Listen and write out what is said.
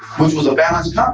which was a balanced ah